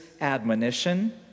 admonition